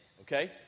Okay